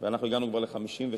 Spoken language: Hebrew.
אנחנו הגענו כבר ל-53.